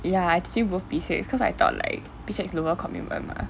ya I teaching both P six cause I thought like P six lower commitment mah